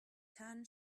tan